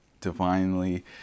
divinely